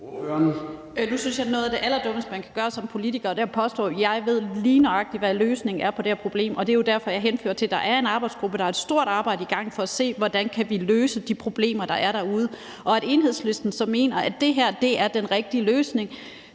Jeg synes, at noget af det allerdummeste, man kan gøre som politiker, er at påstå, at man lige nøjagtigt ved, hvad løsningen på det her problem er. Det er jo derfor, at jeg henfører til, at der er en arbejdsgruppe. Der er et stort arbejde i gang for at se på, hvordan vi kan løse de problemer, der er derude. At Enhedslisten mener, at det her er den rigtige løsning,